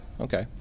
okay